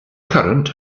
current